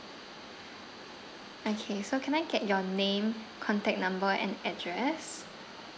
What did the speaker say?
okay so can I get your name contact number and address